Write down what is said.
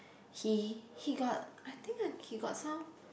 he he got I think uh he got some